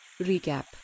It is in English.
Recap